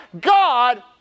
God